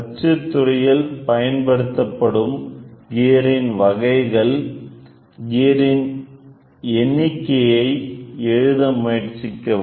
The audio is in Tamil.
அச்சுத்துறையில் பயன்படுத்தப்படும் கியர் இன் வகைகள் கியர் இன் எண்ணிக்கையை எழுத முயற்சிக்கவும்